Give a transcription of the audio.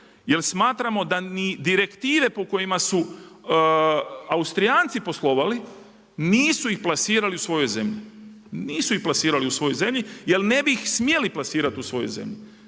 jer smatramo da ni direktive po kojima su Austrijanci poslovali, nisu ih plasirali u svoj zemlji. Nisu ih plasirali u svoj zemlji, jer ne bi ih smjeli plasirati u svojoj zemlji